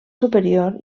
superior